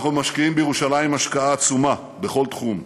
אנחנו משקיעים בירושלים השקעה עצומה בכל תחום.